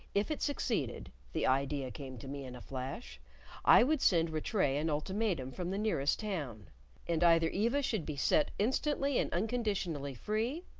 if it succeeded the idea came to me in a flash i would send rattray an ultimatum from the nearest town and either eva should be set instantly and unconditionally free,